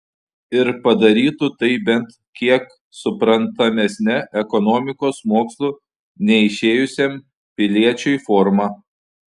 ir padarytų tai bent kiek suprantamesne ekonomikos mokslų neišėjusiam piliečiui forma